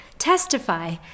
testify